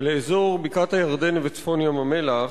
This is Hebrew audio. לאזור בקעת-הירדן וצפון ים-המלח.